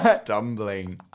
stumbling